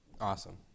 Awesome